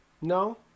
No